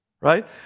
Right